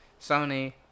Sony